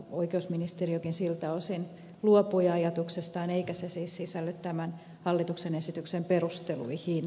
oikeusministeriökin siltä osin luopui ajatuksestaan eikä se siis sisälly tämän hallituksen esityksen perusteluihin